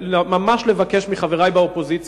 אני רוצה ממש לבקש מחברי באופוזיציה,